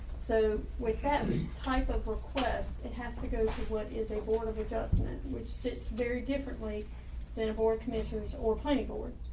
so with that type of request, it has to go to what is a board of adjustment which sits very differently than a board commissioners or planning board.